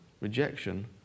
rejection